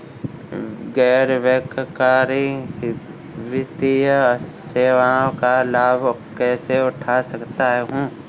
गैर बैंककारी वित्तीय सेवाओं का लाभ कैसे उठा सकता हूँ?